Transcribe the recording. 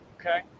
Okay